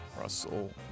Russell